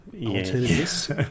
alternatives